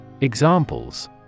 Examples